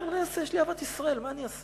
מה אני אעשה, יש לי אהבת ישראל, מה אני אעשה?